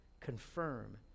confirm